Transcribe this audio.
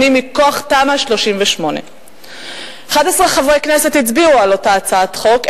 מכוח תמ"א 38. 11 חברי כנסת הצביעו על אותה הצעת חוק,